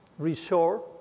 reshore